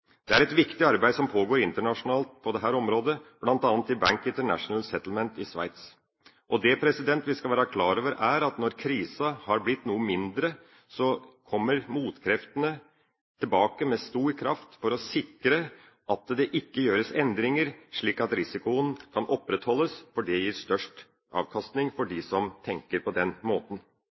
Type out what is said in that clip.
Det er et viktig arbeid som pågår internasjonalt på dette området, bl.a. i Bank for International Settlements i Sveits. Det vi skal være klar over, er at når krisen har blitt noe mindre, kommer motkreftene tilbake med stor kraft for å sikre at det ikke gjøres endringer, slik at risikoen kan opprettholdes fordi det gir størst avkastning for dem som tenker på den måten.